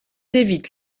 évitent